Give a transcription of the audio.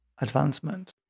advancement